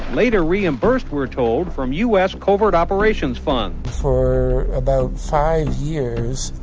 later reimbursed, we're told, from us covered operations funds. for about five years,